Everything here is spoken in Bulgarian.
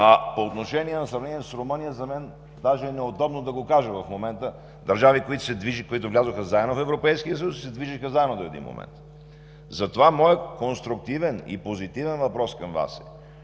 съюз, а в сравнение с Румъния – за мен даже е неудобно да го кажа в момента – държави, които влязоха заедно в Европейския съюз, и се движеха заедно до един момент… Затова моят конструктивен и позитивен въпрос към Вас е